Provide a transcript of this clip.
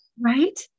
Right